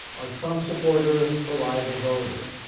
are trump supporters reliable voters?